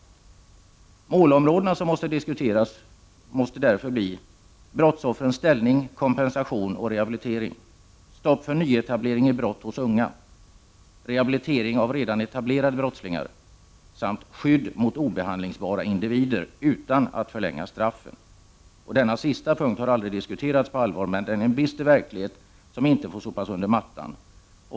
Målområdena som måste diskuteras blir därför: —- skydd mot ”obehandlingsbara individer”, utan att straffen förlängs. Denna sista punkt har aldrig diskuterats på allvar, men den är en bister verklighet som inte får sopas under mattan.